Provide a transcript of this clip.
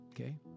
okay